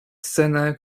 scenę